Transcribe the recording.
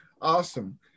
Awesome